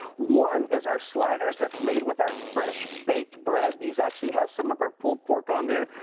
one is our sliders that's made with our fresh baked bread. these actually have some of our pulled pork on there.